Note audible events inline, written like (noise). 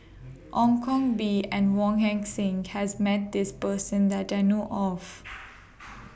(noise) Ong Koh Bee and Wong Heck Sing has Met This Person that I know of